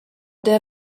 der